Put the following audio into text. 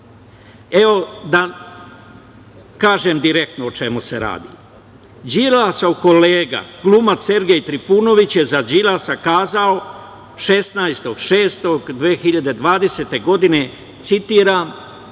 Da kažem direktno o čemu se radi. Đilasov kolega, glumac Sergej Trifunović je za Đilasa kazao 16.6.2020. godine, citiram